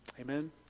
Amen